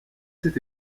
cette